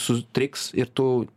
sutriks ir tu